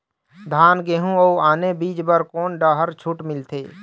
धान गेहूं अऊ आने बीज बर कोन डहर छूट मिलथे?